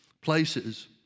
places